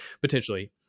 potentially